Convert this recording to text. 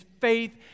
faith